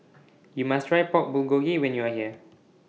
YOU must Try Pork Bulgogi when YOU Are here